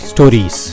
Stories